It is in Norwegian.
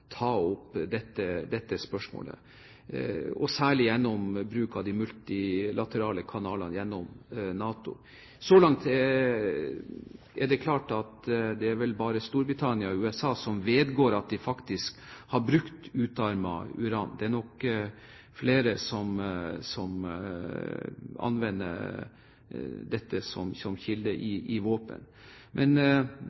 ta opp dette spørsmålet, særlig ved bruk av de multilaterale kanalene gjennom NATO. Så langt er det vel bare Storbritannia og USA som vedgår at de faktisk har brukt utarmet uran. Det er nok flere som anvender dette som kjerne i